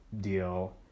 Deal